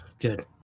good